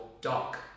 dock